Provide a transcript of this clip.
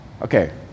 Okay